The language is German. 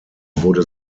wurde